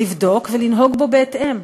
לבדוק ולנהוג בו בהתאם.